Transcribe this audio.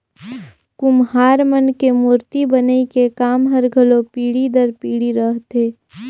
कुम्हार मन के मूरती बनई के काम हर घलो पीढ़ी दर पीढ़ी रहथे